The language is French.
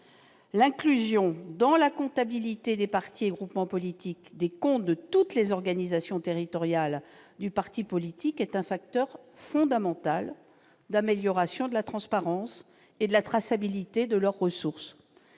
L'inclusion dans la comptabilité des partis et groupements politiques des comptes de toutes les organisations territoriales du parti politique est un facteur fondamental d'amélioration de la transparence et de la traçabilité de leurs ressources.